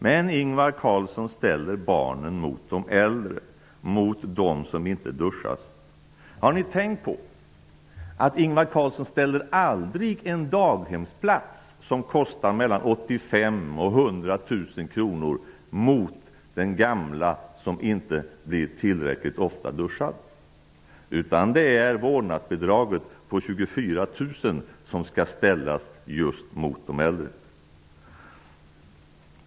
Men Ingvar Carlsson ställer barnen mot de äldre, mot dem som inte duschas. Har ni tänkt på att Ingvar Carlsson aldrig ställer en daghemsplats, som kostar 85 000--100 000 kronor, mot den gamla som inte blir duschad tillräckligt ofta. I stället är det vårdnadsbidraget, som kostar 24 000, som skall ställas just mot de äldre.